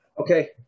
Okay